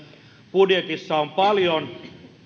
budjetissa on paljon